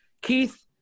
Keith